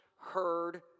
heard